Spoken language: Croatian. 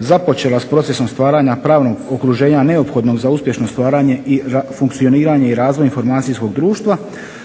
započela s procesom stvaranja pravnog okruženja neophodnog za uspješno stvaranje i funkcioniranje i razvoj informacijskog društva,